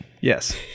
Yes